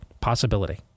possibility